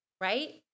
right